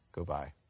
Goodbye